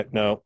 no